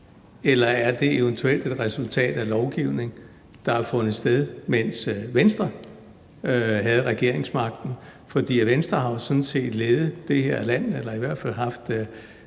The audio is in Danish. eller er det eventuelt et resultat af lovgivning, der har fundet sted, mens Venstre havde regeringsmagten? For Venstre har jo sådan set ledet det her land – eller i hvert fald haft